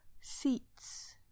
seats